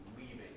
leaving